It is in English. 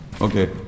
Okay